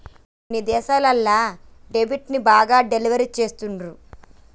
కొన్ని దేశాలల్ల దెబ్ట్ ని బాగా డెవలప్ చేస్తుండ్రు